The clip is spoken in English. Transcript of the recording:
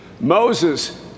Moses